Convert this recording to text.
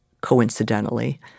coincidentally